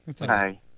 Hi